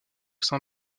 sein